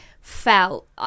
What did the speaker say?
felt